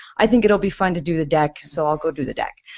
i think it will be fun to do the deck so i'll go do the deck.